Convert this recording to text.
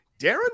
Darren